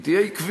היא תהיה עקבית,